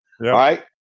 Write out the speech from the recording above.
right